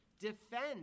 Defend